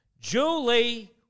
Julie